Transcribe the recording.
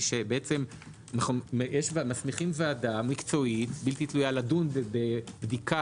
אנחנו מסמיכים ועדה מקצועית בלתי תלויה לדון בבדיקה